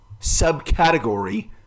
subcategory